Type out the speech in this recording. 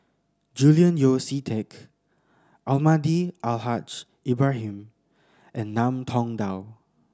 Julian Yeo See Teck Almahdi Al Haj Ibrahim and Ngiam Tong Dow